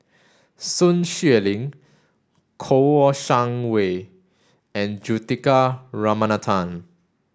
Sun Xueling Kouo Shang Wei and Juthika Ramanathan